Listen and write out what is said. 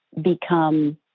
become